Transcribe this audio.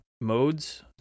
modes